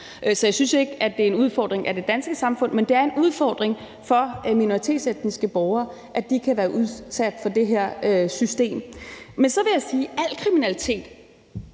Så jeg synes ikke, at det er en udfordring for det danske samfund, men det er en udfordring for minoritetsetniske borgere, at de kan være udsat for det her system. Men så vil jeg sige, at al kriminalitet,